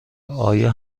آیا